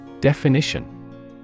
Definition